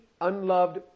unloved